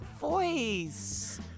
voice